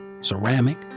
ceramic